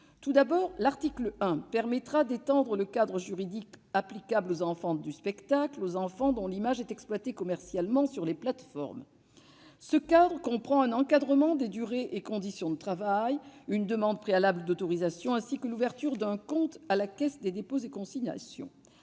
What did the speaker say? Tout d'abord, l'article 1 vise à étendre le cadre juridique applicable aux enfants du spectacle aux enfants dont l'image est exploitée commercialement sur les plateformes. Ce cadre prévoit un encadrement des durées et conditions de travail, une demande préalable d'autorisation, ainsi que l'ouverture d'un compte à la Caisse des dépôts et consignations.